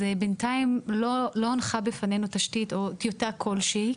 אז בינתיים לא הונחה בפנינו תשתית או טיוטה כלשהי.